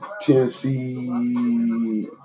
Tennessee